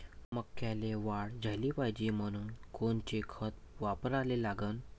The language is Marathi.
मक्याले वाढ झाली पाहिजे म्हनून कोनचे खतं वापराले लागन?